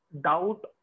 doubt